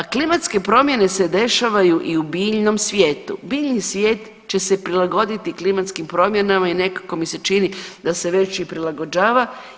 Klimatske promjene se dešavaju i u biljnom svijetu, biljni svijet će se prilagoditi klimatskim promjenama i nekako mi se čini da se već i prilagođava.